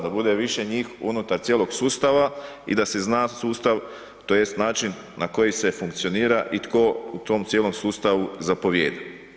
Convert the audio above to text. Da bude više njih unutar cijelog sustava i da se zna sustav, tj. način na koji se funkcionira i tko u tom cijelom sustavu zapovijeda.